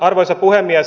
arvoisa puhemies